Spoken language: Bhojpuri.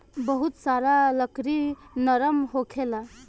बहुत सारा लकड़ी नरम होखेला